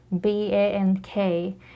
b-a-n-k